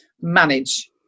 manage